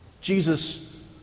Jesus